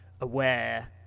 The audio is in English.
aware